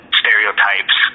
stereotypes